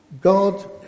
God